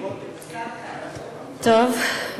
טוב.